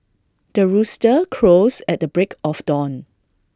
the rooster crows at the break of dawn